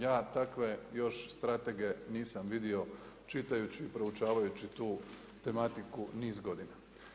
Ja takve još stratege nisam vidio čitajući, proučavajući tu tematiku niz godina.